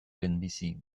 lehenbizi